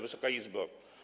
Wysoka Izbo!